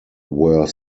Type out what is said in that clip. were